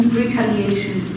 retaliation